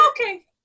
okay